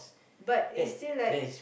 but it still like